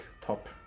top